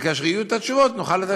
וכשיהיו התשובות נוכל לתת.